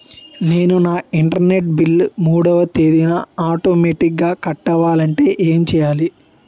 నేను నా internet bill మూడవ తేదీన ఆటోమేటిగ్గా కట్టాలంటే ఏం చేయాలి?